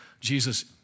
Jesus